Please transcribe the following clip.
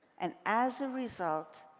and as a result,